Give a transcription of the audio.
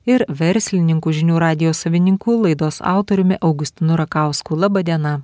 ir verslininku žinių radijo savininku laidos autoriumi augustinu rakausku laba diena